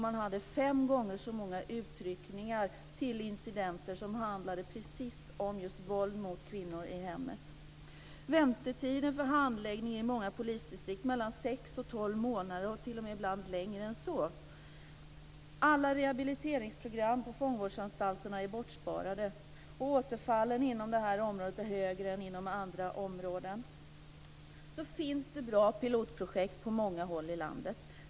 Man hade fem gånger så många utryckningar när det gällde incidenter som handlade om just våld mot kvinnor i hemmet. Väntetiden för handläggning är i många polisdistrikt mellan sex och tolv månader. Ibland är den t.o.m. längre än så. Alla rehabiliteringsprogram på fångvårdsanstalterna är bortsparade. Återfallen inom det här området är fler än inom andra områden. Det finns bra pilotprojekt på många håll i landet.